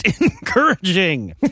encouraging